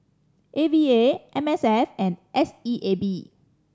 A V A M S F and S E A B